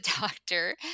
doctor